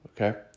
okay